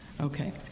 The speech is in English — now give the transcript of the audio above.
Okay